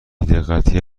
دقتی